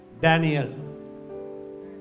daniel